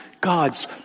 God's